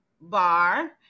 Bar